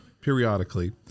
periodically